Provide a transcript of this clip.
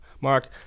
Mark